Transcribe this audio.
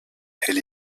elle